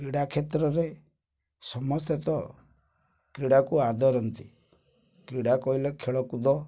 କ୍ରୀଡ଼ା କ୍ଷେତ୍ରରେ ସମସ୍ତେ ତ କ୍ରୀଡ଼ାକୁ ଆଦରନ୍ତି କ୍ରୀଡ଼ା କହିଲେ ଖେଳକୁଦ